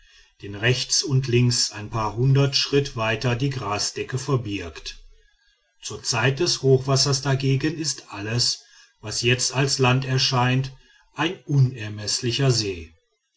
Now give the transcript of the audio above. den rechts und links ein paar hundert schritt weit die grasdecke verbirgt zur zeit des hochwassers dagegen ist alles was jetzt als land erscheint ein unermeßlicher see